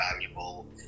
valuable